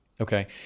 Okay